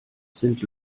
sind